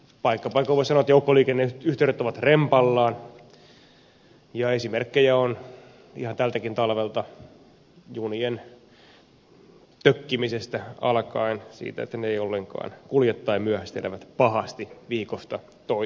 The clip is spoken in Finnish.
paikka paikoin voi sanoa että joukkoliikenneyhteydet ovat rempallaan ja esimerkkejä on ihan tältäkin talvelta junien tökkimisestä alkaen siitä että ne eivät ollenkaan kulje tai myöhästelevät pahasti viikosta toiseen